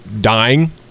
dying